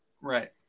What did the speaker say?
right